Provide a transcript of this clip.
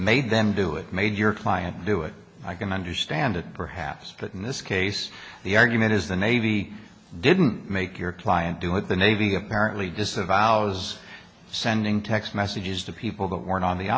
made them do it made your client do it i can understand it perhaps but in this case the argument is the navy didn't make your client do it the navy apparently disavows sending text messages to people that weren't on the